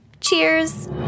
Cheers